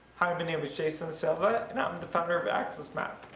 hi, my name is jason dasilva, and i'm the founder of axs map.